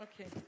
Okay